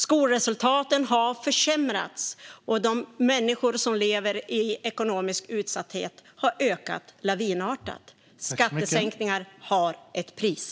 Skolresultaten har försämrats, och andelen människor som lever i ekonomisk utsatthet har ökat lavinartat. Skattesänkningar har ett pris.